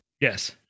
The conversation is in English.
Yes